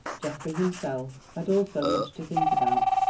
geoffrey himself had also much to think about,